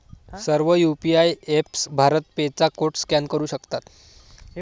सर्व UPI apps Bharat Pe चा code scan करू शकतात